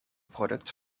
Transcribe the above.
product